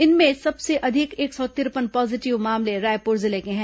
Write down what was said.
इनमें सबसे अधिक एक सौ तिरपन पॉजीटिव मामले रायपुर जिले के हैं